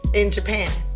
in japan.